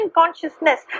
consciousness